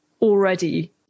already